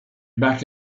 back